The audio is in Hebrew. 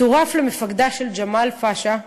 צורף למפקדה של ג'מאל פאשה.